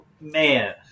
Man